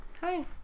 Hi